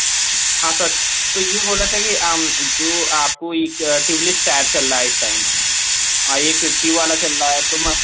हाँ सर तो ये बोल रहे थे की जो आपको एक ट्यूबलिस टायर चल रहा है इस टाइम और एक ट्यूब वाला चल रहा है तो म